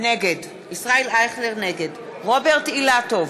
נגד רוברט אילטוב,